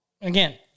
again